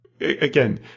again